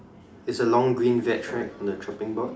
it's a long green veg right on the chopping board